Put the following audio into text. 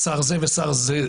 שר זה ושר זה.